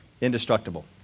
indestructible